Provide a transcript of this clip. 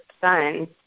son